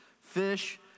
fish